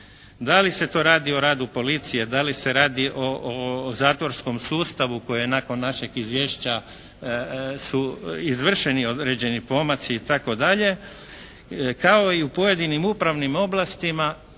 da li se to radi o radu policije, da li se radi o zatvorskom sustavu koje je nakon našeg izvješća su izvršeni određeni pomaci itd. kao i u pojedinim upravnim oblastima